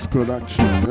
production